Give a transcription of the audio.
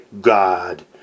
God